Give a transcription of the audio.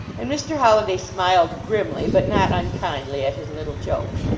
and mr. holliday smiled grimly, but not unkindly, at his little joke.